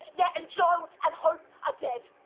yeah and joe and hope are dead.